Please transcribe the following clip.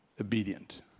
obedient